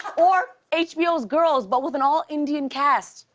or hbo's girls but with an all-indian cast.